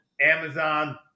amazon